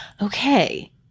Okay